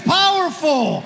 powerful